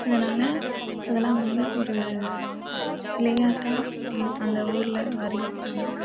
அதனால் அதெல்லாம் வந்து ஒரு விளையாட்டாக அந்த ஊரில் அறிவிக்கிறாங்க